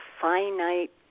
finite